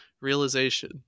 realization